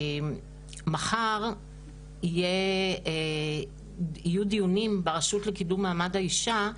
מחר יהיו דיונים ברשות לקידום מעמד האישה,